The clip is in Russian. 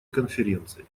конференции